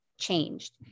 Changed